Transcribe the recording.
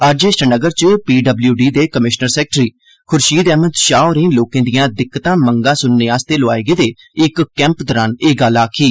अज्ज श्रीनगर च पीडब्ल्यूडी विभाग दे कमीशनर सैक्रेटरी खुर्शीद अहमद शाह होरें लोकें दिए दिक्कता मंगा सुनने लेई लोआए गेदे इक कैंप दरान एह गल्ल आक्खी